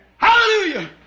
Hallelujah